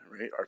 right